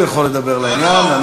הוא יכול לדבר לעניין.